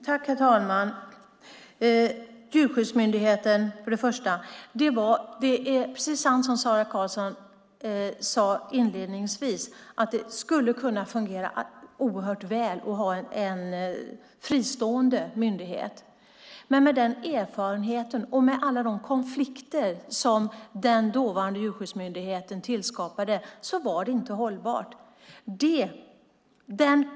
Herr talman! När det gäller Djurskyddsmyndigheten är det sant som Sara Karlsson sade inledningsvis. Det skulle kunna fungera väl att ha en fristående myndighet. Men med erfarenheten av alla de konflikter som den dåvarande Djurskyddsmyndigheten skapade var det inte hållbart.